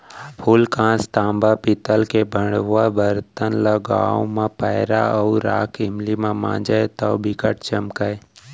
फूलकास, तांबा, पीतल के भंड़वा बरतन ल गांव म पैरा अउ राख इमली म मांजय तौ बिकट चमकय